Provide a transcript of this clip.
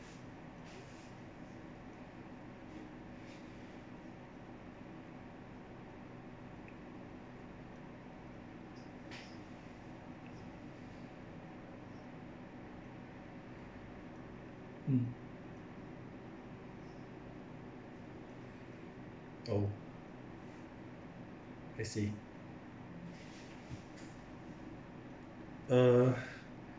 um oh I see uh